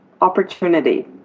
opportunity